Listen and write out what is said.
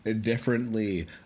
differently